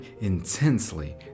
intensely